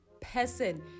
person